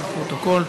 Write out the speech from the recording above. לפרוטוקול.